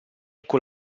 con